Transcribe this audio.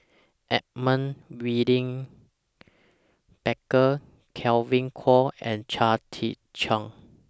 Edmund William Barker Kevin Kwan and Chia Tee Chiak